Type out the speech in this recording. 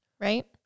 right